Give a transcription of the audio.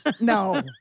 No